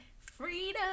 freedom